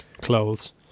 clothes